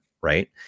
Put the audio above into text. Right